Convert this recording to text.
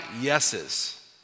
yeses